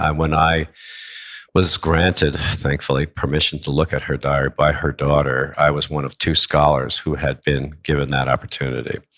when i was granted, thankfully, permission to look at her diary by her daughter, i was one of two scholars who had been given that opportunity.